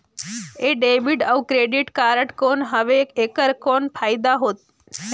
ये डेबिट अउ credit card कौन हवे एकर कौन फाइदा हे?